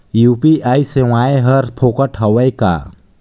UPI सेवाएं हर फोकट हवय का?